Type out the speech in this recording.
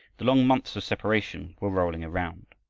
the long months of separation were rolling around,